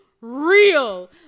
real